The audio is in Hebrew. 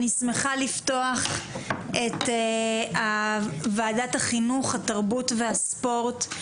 אני שמחה לפתוח את ועדת החינוך, התרבות והספורט.